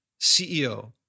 CEO